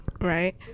Right